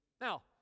Now